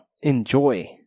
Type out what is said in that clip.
enjoy